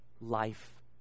life